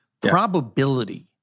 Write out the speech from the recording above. probability